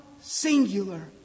singular